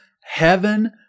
heaven